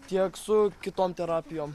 tiek su kitom terapijom